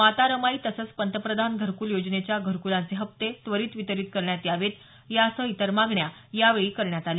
माता रमाई तसंच पंतप्रधान घरकूल योजनेच्या घरकूलांचे हप्ते त्वरित वितरित करण्यात यावेत यासह इतर मागण्या यावेळी करण्यात आल्या